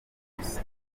y’urwo